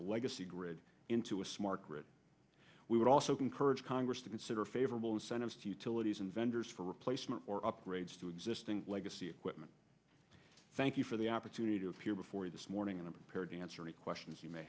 the legacy grid into a smart grid we would also encourage congress to consider favorable incentives to utilities and vendors for replacement or upgrades to existing legacy equipment thank you for the opportunity to appear before you this morning and repaired answer any questions you may